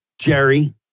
jerry